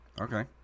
Okay